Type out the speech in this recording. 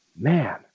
Man